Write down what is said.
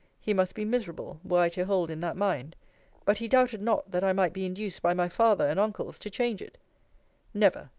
he must be miserable, were i to hold in that mind but he doubted not, that i might be induced by my father and uncles to change it never,